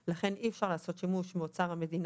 אי אפשר לעשות שימוש מאוצר המדינה,